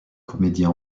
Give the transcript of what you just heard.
comédien